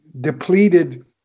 depleted